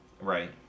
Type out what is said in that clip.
Right